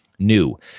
new